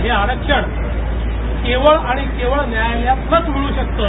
हे आरक्षण केवळ आणि केवळ न्यायालयातनचं मिळू शकतं